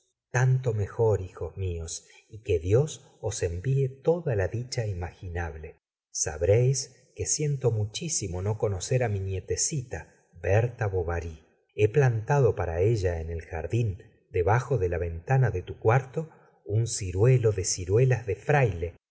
tanto mejor hijos míos y que dios os envíe toda la dicha imaginable sabréis que siento muchísimo no conocer mi nietecita berta bovary he plantado para ella en el jardín debajo de la ventana de tu cuarto un ciruelo de ciruelas de